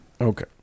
Okay